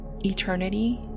eternity